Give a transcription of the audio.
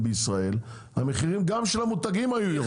בישראל המחירים גם של המותגים היו יורדים,